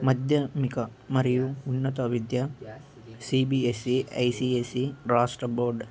మధ్యామిక మరియు ఉన్నత విద్య సీబీఎస్ఈ ఐసిఎస్ఈ రాష్ట్ర బోర్డ్